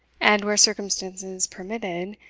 and, where circumstances permitted,